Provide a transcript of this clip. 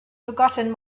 forgotten